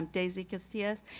um daisy castillas,